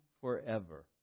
forever